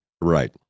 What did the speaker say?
Right